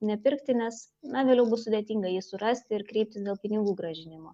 nepirkti nes na vėliau bus sudėtinga jį surasti ir kreiptis dėl pinigų grąžinimo